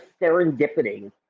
serendipity